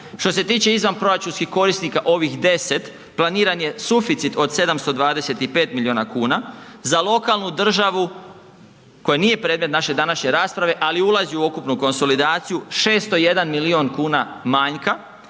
Što se tiče izvanproračunskih korisnika, ovih 10, planiran je suficit od 725 milijun kuna, za lokalnu državu koja nije predmet naše današnje rasprave ali ulazi u ukupnu konsolidaciju, 601 milijun kuna manjka